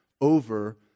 over